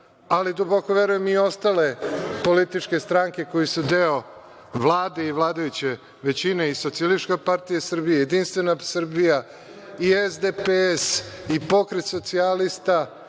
ali duboko verujem i ostale političke stranke koje su deo Vlade i vladajuće većine, i Socijalistička partija Srbije i Jedinstvena Srbija i SDPS i Pokret socijalista